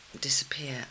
disappear